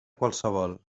qualsevol